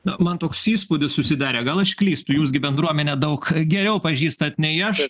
na man toks įspūdis susidarė gal aš klystu jūs gi bendruomenė daug geriau pažįstat nei aš